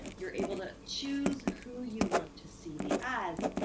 you're able to choose who you want to see the ads.